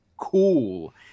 cool